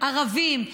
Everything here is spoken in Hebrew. ערבים,